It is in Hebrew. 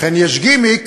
לכן יש גימיק,